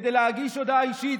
כדי להגיש הודעה אישית,